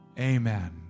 Amen